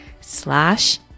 slash